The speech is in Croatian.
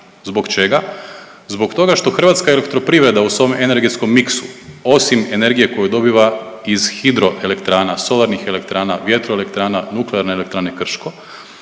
Zbog čega? Zbog toga što Hrvatska elektroprivreda u svom energetskom miksu osim energije koju dobiva iz hidroelektrana, solarnih elektrana, vjetro elektrana, nuklearne elektrane Krško,